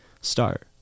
start